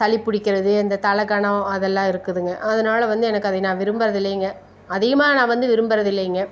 சளி பிடிக்கிறது இந்த தலைக்கனம் அதெல்லாம் இருக்குதுங்க அதனால வந்து எனக்கு அதை நான் விரும்புகிறது இல்லைங்க அதிகமாக நான் வந்து விரும்புகிறது இல்லைங்க